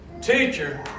Teacher